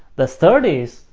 the third is,